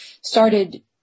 started